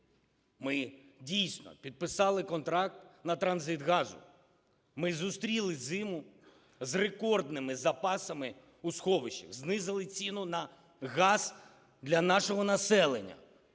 Ми, дійсно, підписали контракт на транзит газу. Ми зустріли зиму з рекордними запасами у сховищах, знизили ціну на газ для нашого населення.